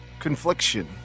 confliction